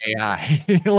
AI